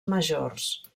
majors